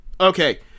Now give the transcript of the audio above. Okay